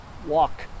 Walk